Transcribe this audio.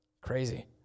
Crazy